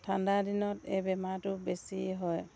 ঠাণ্ডা দিনত এই বেমাৰটো বেছি হয়